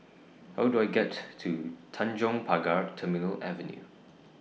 How Do I get to Tanjong Pagar Terminal Avenue